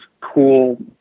cool